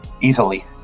easily